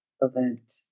event